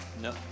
No